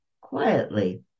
quietly